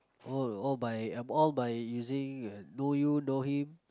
all all by um all by using know you know him